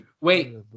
Wait